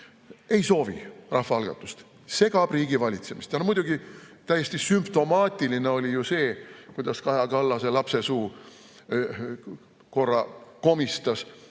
ei soovi rahvaalgatust. Segab riigivalitsemist! Ja muidugi täiesti sümptomaatiline oli see, kuidas Kaja Kallase lapsesuu korra komistas